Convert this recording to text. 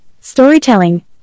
storytelling